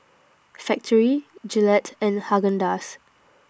Factorie Gillette and Haagen Dazs